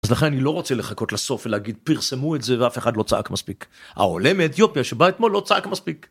אז לכן אני לא רוצה לחכות לסוף ולהגיד פרסמו את זה ואף אחד לא צעק מספיק העולה מאתיופיה שבא אתמול לא צעק מספיק.